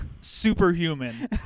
superhuman